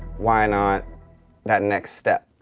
why not that next step?